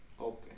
Okay